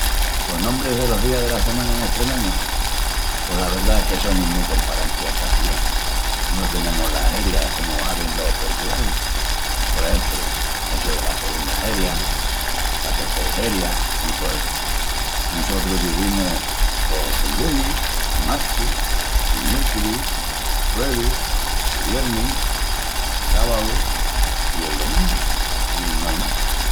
Los nombris delos días dela semana en estremeñu? Pos la verdá es que sonin mu comparantis al castillanu. No tenemus las herias comu hazin los portuguesis, por exempru, essu dela segunda heria, la tercel heria i tó essu. Nusotrus dizimus pos el lunis, el martis, el miérculis, el juevis, el viernis, el sabáu i el domingu... i no ai más.